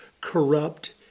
corrupt